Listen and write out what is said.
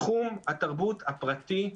תחום התרבות הפרטי,